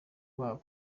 babo